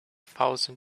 thousand